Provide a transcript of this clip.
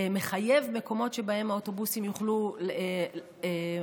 מחייב מקומות שבהם האוטובוסים יוכלו לחנות,